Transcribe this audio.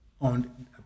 on